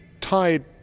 tied